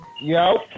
Yo